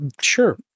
Sure